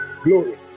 glory